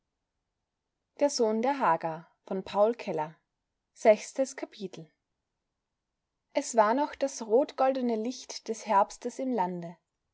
sechstes kapitel es war noch das rotgoldene licht des herbstes im lande